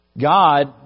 God